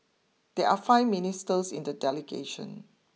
there are five ministers in the delegation